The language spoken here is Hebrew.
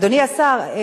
אדוני השר,